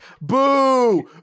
Boo